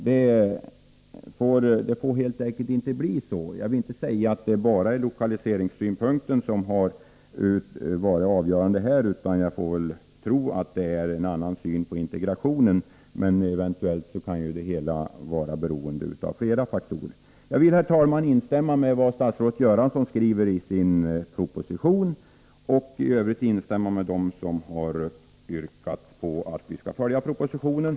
Det får helt enkelt inte bli så. Jag vill inte säga att det är bara lokaliseringssynpunkter som varit avgörande här, utan jag får väl tro att det också varit en annan syn på integration. Men eventuellt kan det hela vara beroende av flera faktorer. Jag vill, herr talman, instämma i vad statsrådet skriver i sin proposition och i Övrigt instämma med dem som yrkat att vi skall följa propositionen.